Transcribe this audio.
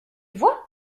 vois